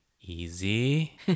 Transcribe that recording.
easy